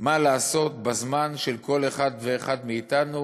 מה לעשות בזמן של כל אחד ואחד מאתנו,